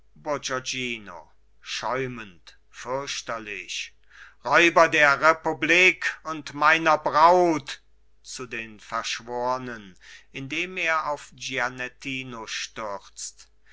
bourgognino schäumend fürchterlich räuber der republik und meiner braut zu den verschwornen indem er auf gianettino stürzt